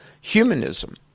humanism